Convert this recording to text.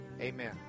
Amen